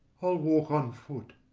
i'll walk on foot.